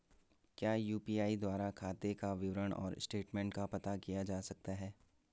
क्या यु.पी.आई द्वारा खाते का विवरण और स्टेटमेंट का पता किया जा सकता है?